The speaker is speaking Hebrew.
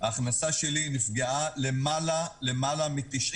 ההכנסה שלי נפגעה למעלה מ-95%.